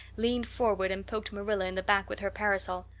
leaned forward and poked marilla in the back with her parasol.